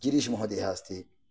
गिरीशमहोदयः अस्ति